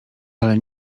ale